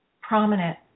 prominent